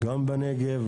גם בנגב,